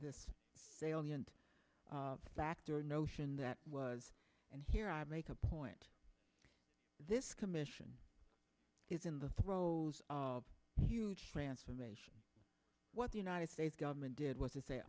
this salient fact or notion that was and here i make a point this commission is in the throes of a huge transformation what the united states government did was to say